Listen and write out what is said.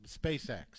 SpaceX